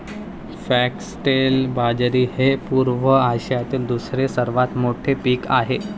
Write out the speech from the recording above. foxtail बाजरी हे पूर्व आशियातील दुसरे सर्वात मोठे पीक आहे